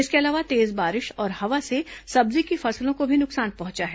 इसके अलावा तेज बारिश और हवा से सब्जी की फसलों को भी नुकसान पहुंचा है